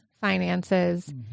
finances